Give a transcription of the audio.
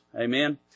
Amen